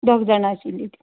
दोग जाणां आशिल्लीं तीं